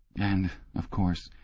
and of course